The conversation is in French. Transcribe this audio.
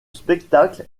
spectacle